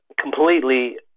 completely